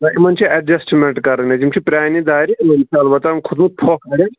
نہ یِمن چھِ ایٚڈجیسٹٕمیٚنٛٹ کَرٕنۍ حظ یِم چھِ پرٛانہِ دارِ یِمن چھُ البتہ کھوٚتمُت پھۅکھ